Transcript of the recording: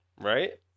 Right